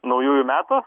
naujųjų metų